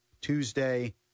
Tuesday